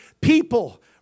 people